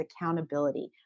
accountability